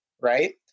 right